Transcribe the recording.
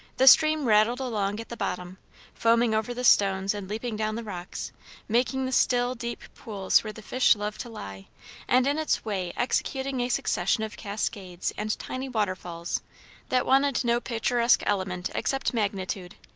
the stream rattled along at the bottom foaming over the stones and leaping down the rocks making the still, deep pools where the fish love to lie and in its way executing a succession of cascades and tiny waterfalls that wanted no picturesque element except magnitude.